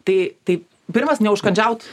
tai tai pirmas neužkandžiaut